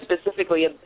specifically